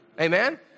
Amen